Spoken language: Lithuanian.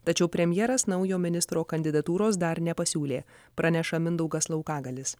tačiau premjeras naujo ministro kandidatūros dar nepasiūlė praneša mindaugas laukagalis